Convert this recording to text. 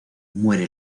muere